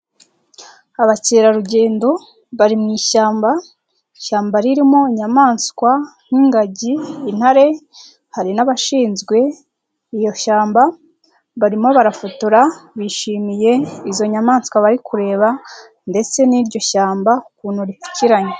Abakerarugendo, bari mu ishyamba, ishyamba ririmo inyamaswa nk'ingagi, intare, hari n'abashinzwe, iryo shyamba, barimo barafotora, bishimiye, izo nyamaswa bari kureba ndetse n'iryo shyamba, ukuntu ripfukiranye.